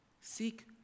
Seek